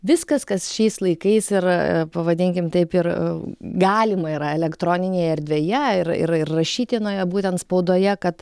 viskas kas šiais laikais ir pavadinkim taip ir galima yra elektroninėje erdvėje ir ir rašytinoje būtent spaudoje kad